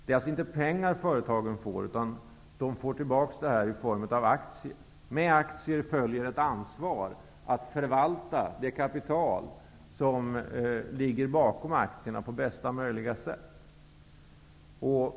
Företagen får alltså inte några pengar, utan de får tillbaka inbetalade medel i form av aktier. Med aktierna följer ett ansvar att på bästa möjliga sätt förvalta det kapital som aktierna representerar. Herr talman!